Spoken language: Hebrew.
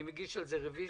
אני מגיש על זה רביזיה,